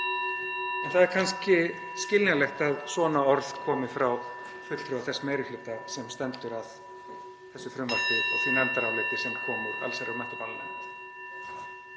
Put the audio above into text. En það er kannski skiljanlegt að svona orð komi frá fulltrúa þess meiri hluta sem stendur að þessu frumvarpi og því nefndaráliti sem kom úr allsherjar- og